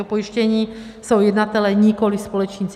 Pojištění jsou jednatelé, nikoli společníci.